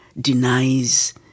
denies